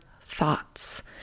thoughts